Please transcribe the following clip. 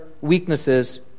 weaknesses